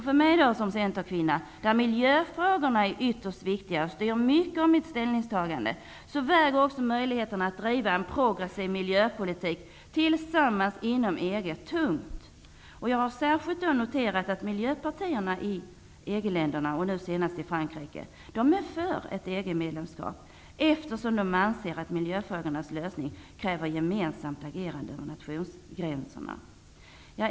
För mig som centerkvinna är miljöfrågorna ytterst viktiga, och de har stor betydelse för mitt ställningstagande. Därför väger också möjligheten att tillsammans inom EG driva en progressiv miljöpolitik tung. Jag har särskilt noterat att miljöpartierna i EG-länderna - nu senast i Frankrike - är för ett EG-medlemskap, eftersom de anser att miljöfrågornas lösning kräver ett gemensamt agerande över nationsgränserna.